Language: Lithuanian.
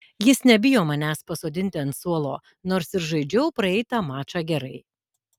jis nebijo manęs pasodinti ant suolo nors ir žaidžiau praeitą mačą gerai